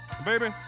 Baby